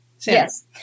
Yes